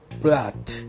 blood